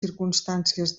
circumstàncies